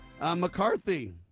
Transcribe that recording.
McCarthy